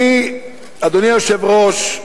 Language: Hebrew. אדוני היושב-ראש,